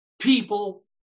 people